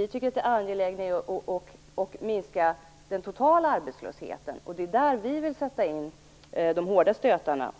Vi tycker att det angelägna är att minska den totala arbetslösheten. Det är där vi vill sätta in de hårda stötarna.